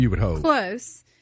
close